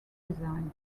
design